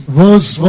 verse